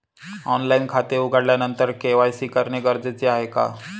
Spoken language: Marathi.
ऑनलाईन खाते उघडल्यानंतर के.वाय.सी करणे गरजेचे आहे का?